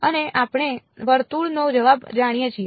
અને આપણે વર્તુળનો જવાબ જાણીએ છીએ